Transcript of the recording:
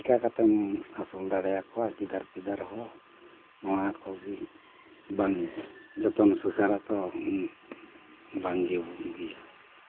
ᱪᱤᱠᱟᱹ ᱠᱟᱛᱮᱢ ᱟᱹᱥᱩᱞ ᱫᱟᱲᱮᱭᱟ ᱠᱚᱣᱟ ᱜᱤᱫᱟᱹᱨ ᱯᱤᱫᱟᱹᱨ ᱦᱚᱸ ᱱᱚᱣᱟ ᱠᱚᱜᱮ ᱵᱟᱝ ᱡᱚᱛᱚᱱ ᱥᱩᱥᱟᱹᱨᱟ ᱛᱚ ᱵᱟᱝ ᱜᱮ ᱵᱩᱜᱤᱭᱟ